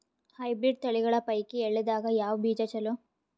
Hybrid ತಳಿಗಳ ಪೈಕಿ ಎಳ್ಳ ದಾಗ ಯಾವ ಬೀಜ ಚಲೋ?